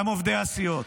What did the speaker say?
גם עובדי הסיעות.